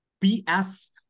BS